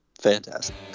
fantastic